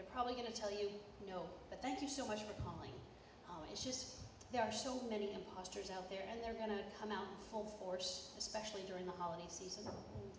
they're probably going to tell you no but thank you so much for calling how it's just there are so many impostors out there and they're going to come out full force especially during the holiday season